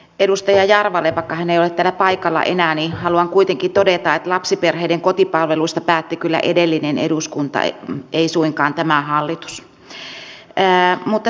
edustaja jarvalle vaikka hän ei ole täällä paikalla enää haluan kuitenkin todeta että lapsiperheiden kotipalvelusta päätti kyllä edellinen eduskunta ei suinkaan tämä hallitus